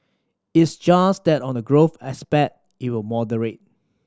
it's just that on the growth aspect it will moderate